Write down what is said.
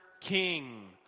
king